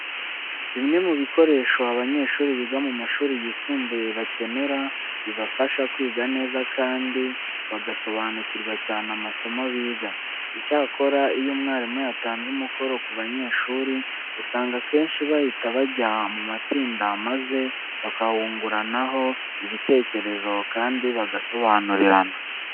Bimwe mu bikoresho abanyeshuri biga mu mashuri yisumbuye bakenera, bibafasha kwiga neza kandi bagasobanukirwa cyane amasomo biga. Icyakora iyo mwarimu yatanze umukoro ku banyeshuri usanga akenshi bahita bajya mu matsinda maze bakungurana ibitekerezo kandi bagasobanurirana.